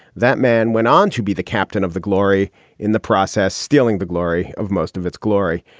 that man went on to be the captain of the glory in the process, stealing the glory of most of its glory.